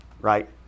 right